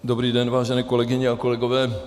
Dobrý den, vážené kolegyně a kolegové.